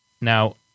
Now